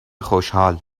خوشحال